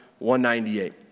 198